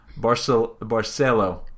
Barcelo